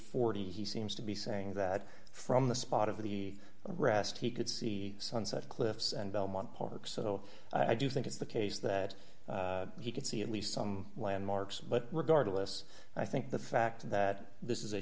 forty he seems to be saying that from the spot of the rest he could see the sunset cliffs and belmont park so i do think it's the case that he could see at least some landmarks but regardless i think the fact that this is a